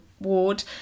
ward